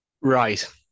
Right